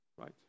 Right